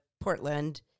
Portland